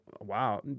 wow